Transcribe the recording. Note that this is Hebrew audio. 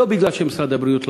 לא בגלל שמשרד הבריאות לא